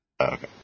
Okay